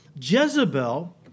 Jezebel